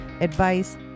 advice